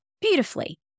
beautifully